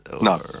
No